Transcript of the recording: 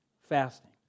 fasting